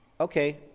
okay